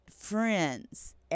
friends